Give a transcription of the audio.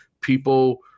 people